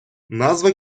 назва